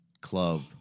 Club